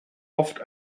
oft